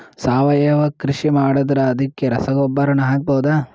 ಸಾವಯವ ಕೃಷಿ ಮಾಡದ್ರ ಅದಕ್ಕೆ ರಸಗೊಬ್ಬರನು ಹಾಕಬಹುದಾ?